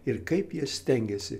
ir kaip jie stengėsi